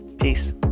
peace